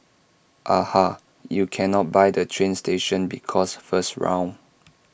aha you cannot buy the train station because first round